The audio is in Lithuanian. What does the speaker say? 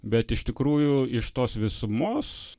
bet iš tikrųjų iš tos visumos